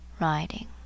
riding